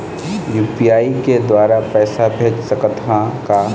UPI के द्वारा पैसा भेज सकत ह का?